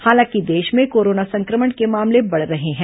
हालांकि देश में कोरोना संक्रमण के मामले बढ़ रहे हैं